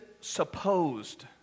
supposed